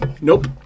Nope